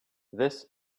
this